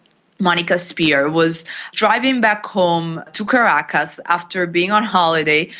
monica spear, was driving back home to caracas after being on holiday.